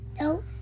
No